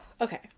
okay